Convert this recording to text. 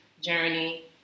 journey